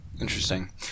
Interesting